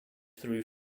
through